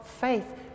faith